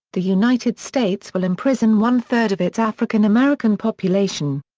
the united states will imprison one-third of its african american population.